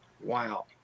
Wow